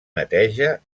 neteja